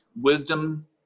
wisdom